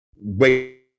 wait